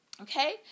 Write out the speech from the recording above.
Okay